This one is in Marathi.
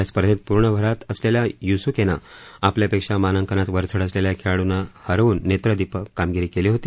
या स्पर्धेत पूर्ण भरात असलेल्या युसुकेनं आपल्यापेक्षा मानांकनात वरचढ असलेल्या खेळाडूंना हरवून नेत्रदीपक कामगिरी केली होती